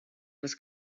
was